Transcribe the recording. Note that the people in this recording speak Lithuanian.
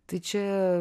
tai čia